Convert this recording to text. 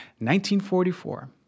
1944